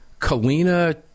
Kalina